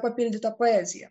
papildyta poezija